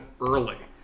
early